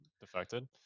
defected